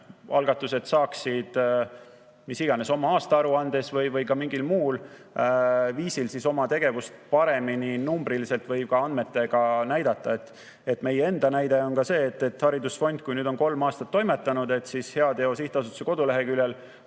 algatused saaksid kas oma aastaaruandes või mingil muul viisil oma tegevust paremini numbriliselt või ka andmetega näidata. Meie enda näide on see, et kui nüüd haridusfond on kolm aastat toimetanud, siis Heateo Sihtasutuse koduleheküljel